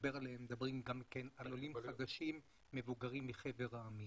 מדברים על עולים חדשים מבוגרים מחבר העמים